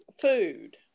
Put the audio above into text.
food